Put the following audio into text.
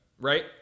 right